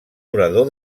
orador